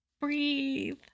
Breathe